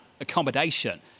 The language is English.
accommodation